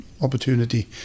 opportunity